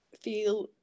feel